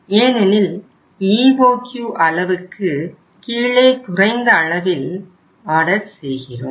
ஏனெனில் EOQ அளவுக்கு கீழே குறைந்த அளவில் ஆர்டர் செய்கிறோம்